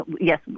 yes